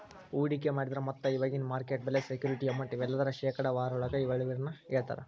ಹೂಡಿಕೆ ಮಾಡಿದ್ರ ಮೊತ್ತ ಇವಾಗಿನ ಮಾರ್ಕೆಟ್ ಬೆಲೆ ಸೆಕ್ಯೂರಿಟಿ ಅಮೌಂಟ್ ಇವೆಲ್ಲದರ ಶೇಕಡಾವಾರೊಳಗ ಇಳುವರಿನ ಹೇಳ್ತಾರಾ